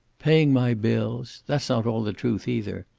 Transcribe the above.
paying my bills! that's not all the truth, either.